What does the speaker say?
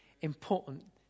important